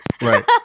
Right